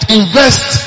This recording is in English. invest